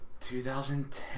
2010